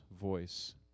voice